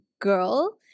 girl